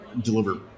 deliver